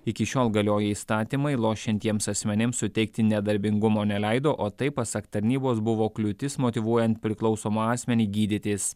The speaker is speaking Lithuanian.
iki šiol galioję įstatymai lošiantiems asmenims suteikti nedarbingumo neleido o tai pasak tarnybos buvo kliūtis motyvuojant priklausomą asmenį gydytis